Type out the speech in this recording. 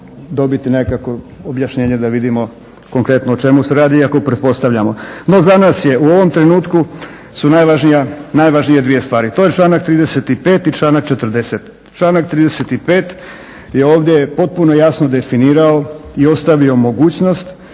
dobiti nekakvo objašnjenje da vidimo konkretno o čemu se radi iako pretpostavljamo. No za nas je u ovom trenutku su najvažnije dvije stvari, to je članak 35.i članak 40. Članak 35.je ovdje potpuno jasno definirao i ostavio mogućnost